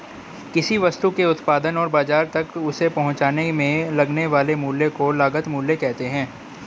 किसी वस्तु के उत्पादन और बाजार तक उसे पहुंचाने में लगने वाले मूल्य को लागत मूल्य कहते हैं